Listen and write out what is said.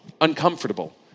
uncomfortable